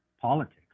politics